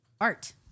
Art